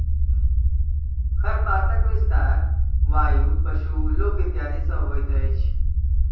खरपातक विस्तार वायु, पशु, लोक इत्यादि सॅ होइत अछि